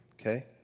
okay